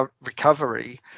recovery